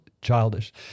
childish